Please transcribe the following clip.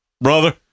brother